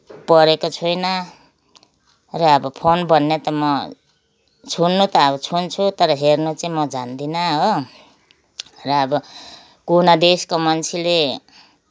पढेको छैन र अब फोन भन्ने त म छुन त अब छुन्छु तर हेर्न चाहिँ म जान्दिनँ हो र अब कुन देशको मान्छेले